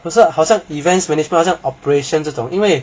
不是好像 events management 好像 operation 这种因为